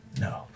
no